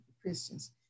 christians